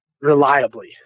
reliably